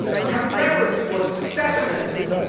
the confederacy was secessionist,